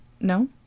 No